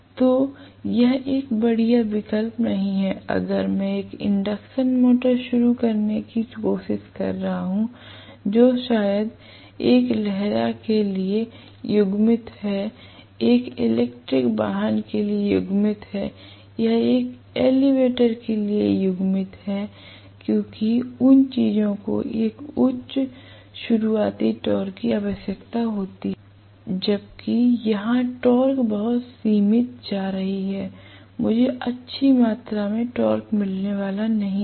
तो यह एक बढ़िया विकल्प नहीं है अगर मैं एक इंडक्शन मोटर शुरू करने की कोशिश कर रहा हूं जो शायद एक लहरा के लिए युग्मित है एक इलेक्ट्रिक वाहन के लिए युग्मित है या एक एलेवेटर के लिए युग्मित है क्योंकि उन चीजों को एक उच्च शुरुआती टॉर्क की आवश्यकता होती है जबकि यहां टॉर्क बहुत सीमित जा रही है मुझे अच्छी मात्रा में टॉर्क नहीं मिलने वाला है